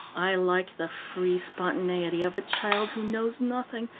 i like the free spontaneity of a child who knows nothing,